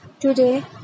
Today